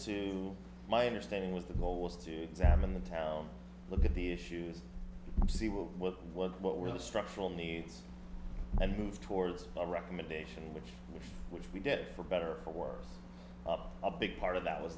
to my understanding was the goal was to examine the tower look at the issues see what what what what were the structural needs and move towards a recommendation which which we did for better or worse a big part of that was